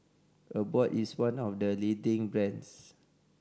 Abbott is one of the leading brands